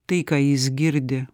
tai ką jis girdi